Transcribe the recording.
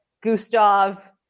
Gustav